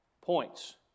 points